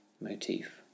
motif